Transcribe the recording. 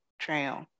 trail